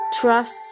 Trust